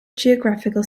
geographical